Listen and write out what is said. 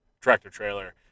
tractor-trailer